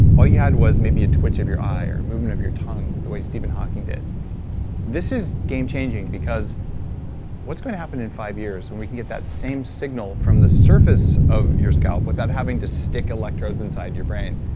all you had was maybe a twitch of your eye or a movement of your tongue the way stephen hawking did this is game-changing because what's going to happen in five years when we can get that same signal from the surface of your scalp without having to stick electrodes inside your brain?